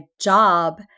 job